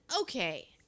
okay